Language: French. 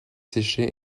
séchées